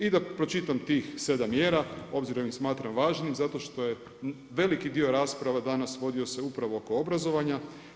I da pročitam tih 7 mjera, obzirom ih smatram važnim zato što je veliki dio rasprava danas vodio se upravo oko obrazovanja.